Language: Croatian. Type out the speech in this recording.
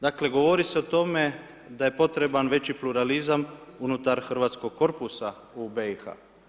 Dakle, govori se o tome da je potreban veći pluralizam unutar hrvatskog korpusa u BiH.